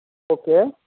okay